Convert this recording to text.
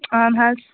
اَہَن حظ